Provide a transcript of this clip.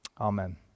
Amen